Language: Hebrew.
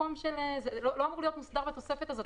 זה לא בתוספת הזאת.